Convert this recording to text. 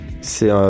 c'est